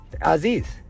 Aziz